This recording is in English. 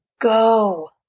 go